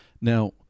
Now